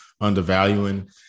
undervaluing